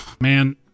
man